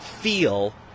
feel